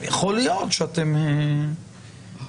יכול להיות שאתם תרצו